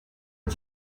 you